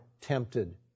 tempted